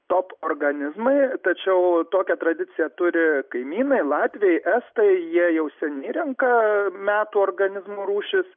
top organizmai tačiau tokią tradiciją turi kaimynai latviai estai jie jau seniai renka metų organizmų rūšis